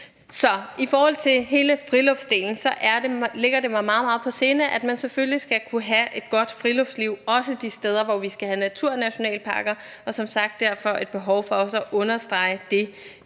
I forhold til hele friluftsdelen ligger det mig meget, meget på sinde, at man selvfølgelig skal kunne have et godt fritidsliv, også de steder, hvor vi skal have naturnationalparker, og derfor er der som sagt også et behov for at understrege det